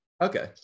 Okay